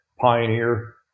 pioneer